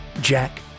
Jack